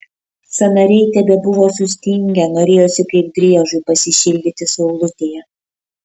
sąnariai tebebuvo sustingę norėjosi kaip driežui pasišildyti saulutėje